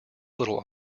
little